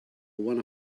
one